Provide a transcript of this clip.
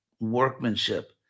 workmanship